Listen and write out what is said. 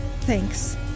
Thanks